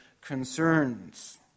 concerns